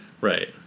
right